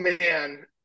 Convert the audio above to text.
man